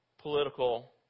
political